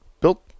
built